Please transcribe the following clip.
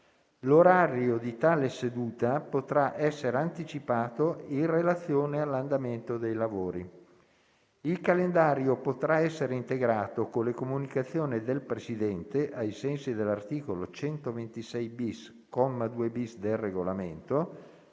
L'orario di tale seduta potrà essere anticipato in relazione all'andamento dei lavori. Il calendario potrà essere integrato con le comunicazioni del Presidente, ai sensi dell'articolo 126*-bis*, comma 2-*bis* del Regolamento,